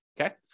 Okay